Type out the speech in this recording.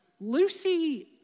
Lucy